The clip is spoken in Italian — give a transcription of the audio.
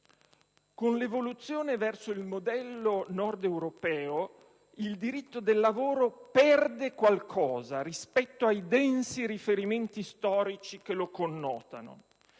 con l'evoluzione verso il modello nord-europeo «il diritto al lavoro perde qualcosa rispetto ai densi riferimenti storici che lo connotano;»